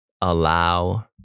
allow